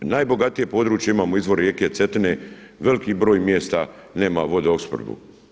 Najbogatije područje imamo izvor rijeke Cetine, veliki broj mjesta nema vodoopskrbu.